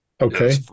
Okay